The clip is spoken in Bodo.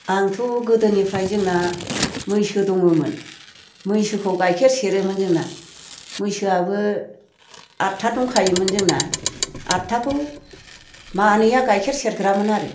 आंथ' गोदोनिफ्राय जोंना मैसो दङमोन मैसोखौ गाइखेर सेरोमोन जोंना मैसोआबो आठथा दंखायोमोन जोंना आठथाखौ मानैया गाइखेर सेरग्रामोन आरो